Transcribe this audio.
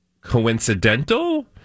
coincidental